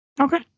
Okay